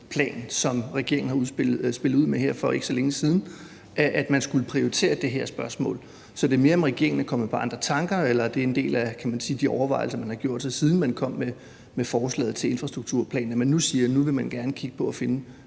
som regeringen har spillet ud med her for ikke så længe siden, at man ville prioritere det her spørgsmål. Så spørgsmålet er mere, om regeringen er kommet på andre tanker, eller om det er en del af de overvejelser, man har gjort sig, siden man kom med forslaget til infrastrukturplanen, at man nu siger, at man nu gerne vil kigge på at finde